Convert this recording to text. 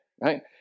right